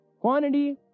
Quantity